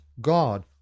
God